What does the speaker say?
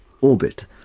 orbit